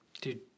dude